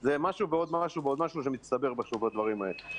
זה משהו ועוד משהו ועוד משהו שמצטבר בסוף בדברים האלה.